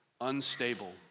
Unstable